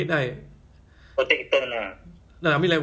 they can stay somewhere else ah like